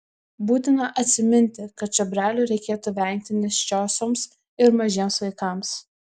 būtina atsiminti kad čiobrelių reikėtų vengti nėščiosioms ir mažiems vaikams